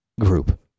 group